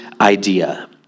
idea